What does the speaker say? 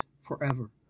forever